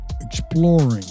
exploring